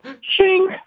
Shing